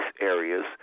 areas